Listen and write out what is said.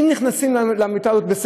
אם נכנסים למיטה הזאת,